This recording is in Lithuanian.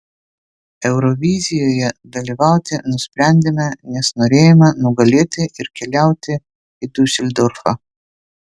eurovizijoje dalyvauti nusprendėme nes norėjome nugalėti ir keliauti į diuseldorfą